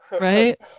Right